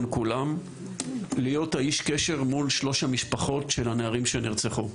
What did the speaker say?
כולם להיות איש הקשר מול שלושת המשפחות של הנערים שנרצחו.